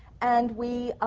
and we